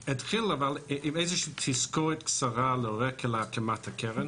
אני אתחיל עם תזכורת קצרה של הרקע להקמת הקרן